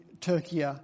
Turkey